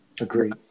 Agreed